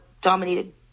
dominated